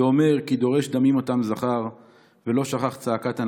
ואומר כי דורש דמים אותם זכר לא שכח צעקת עֲנָוִים,